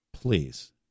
please